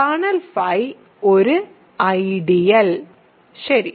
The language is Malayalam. കേർണൽ ϕ ഒരു "ഐഡിയൽ " ശരി